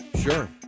Sure